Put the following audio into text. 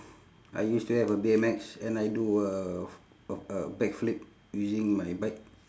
I used to have a B_M_X and I do a f~ a a back flip using my bike